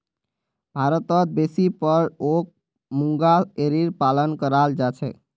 भारतत बेसी पर ओक मूंगा एरीर पालन कराल जा छेक